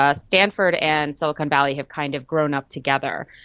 ah stanford and silicon valley have kind of grown up together.